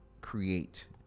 create